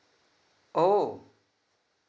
oh